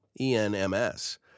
ENMS